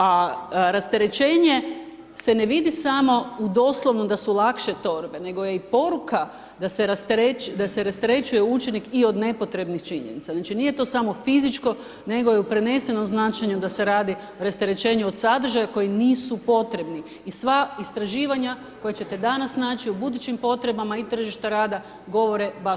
A rasterećenje se ne vidi samo u doslovnom da su lakše torbe, nego je i poruka da se rasterećuje učenik i od nepotrebnih činjenica, znači, nije to samo fizičko, nego je u prenesenom značenju da se radi rasterećenje o sadržaju koji nisu potrebni i sva istraživanja koja ćete danas naći u budućim potrebama i tržište rada, govore baš o tome.